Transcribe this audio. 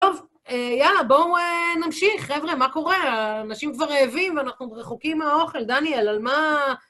טוב, יאללה, בואו נמשיך. חבר'ה, מה קורה? האנשים כבר רעבים ואנחנו רחוקים מהאוכל. דניאל, על מה...